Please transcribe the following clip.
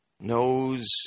Knows